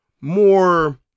more